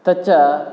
तच्च